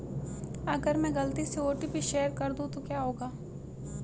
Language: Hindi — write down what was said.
अगर मैं गलती से ओ.टी.पी शेयर कर दूं तो क्या होगा?